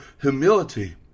humility